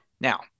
Now